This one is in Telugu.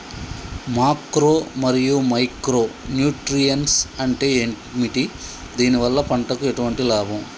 మాక్రో మరియు మైక్రో న్యూట్రియన్స్ అంటే ఏమిటి? దీనివల్ల పంటకు ఎటువంటి లాభం?